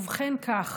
ובכן, כך: